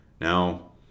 Now